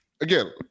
again